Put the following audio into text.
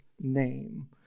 name